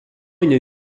une